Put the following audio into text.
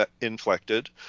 inflected